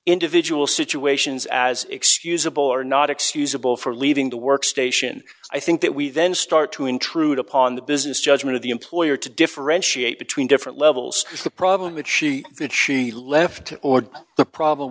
individual situations as excusable or not excusable for leaving the work station i think that we then start to intrude upon the business judgment of the employer to differentiate between different levels of the problem and she could she left or the problem